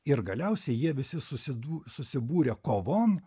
ir galiausiai jie visi susidū susibūrė kovon